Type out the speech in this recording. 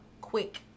Quick